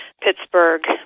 Pittsburgh